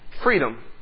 freedom